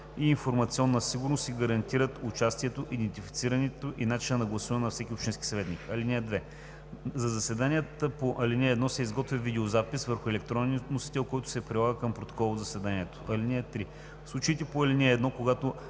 и информационна сигурност и гарантират участието, идентифицирането и начина на гласуване на всеки общински съветник. (2) За заседанията по ал. 1 се изготвя видеозапис върху електронен носител, който се прилага към протокола от заседанието. (3) В случаите по ал. 1, когато